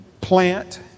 plant